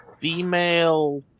female